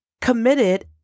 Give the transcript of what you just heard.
committed